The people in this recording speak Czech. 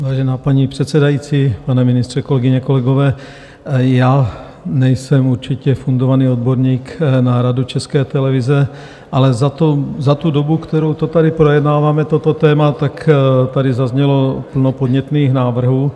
Vážená paní předsedající, pane ministře, kolegyně, kolegové, já nejsem určitě fundovaný odborník na Radu České televize, ale za tu dobu, kterou to tady projednáváme, toto téma, tak tady zaznělo plno podnětných návrhů.